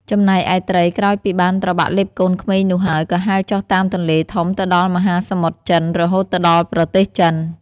ចំណែកឯត្រី ក្រោយពីបានត្របាក់លេបកូនក្មេងនោះហើយ ក៏ហែលចុះតាមទន្លេធំទៅដល់មហាសមុទ្រចិន រហូតទៅដល់ប្រទេសចិន។